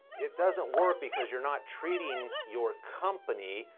it doesn't work because you're not treating your company,